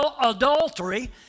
adultery